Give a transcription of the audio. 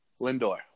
Lindor